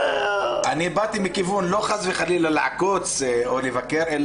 באתי במטרה לא חס וחלילה לעקוץ או לבקר.